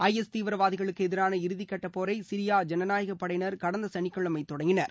ஐ S தீவிரவாதிகளுக்கு எதிரான இறுதி கட்ட போரை சிரியா ஜனநாயக படையினர் கடந்த சனிக்கிழமை தொடங்கினர்